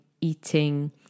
eating